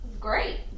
Great